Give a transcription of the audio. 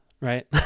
right